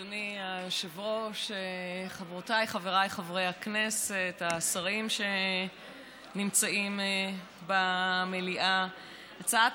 41. ההצעה